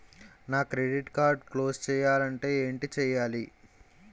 నా credit card close చేయాలంటే ఏంటి చేయాలి?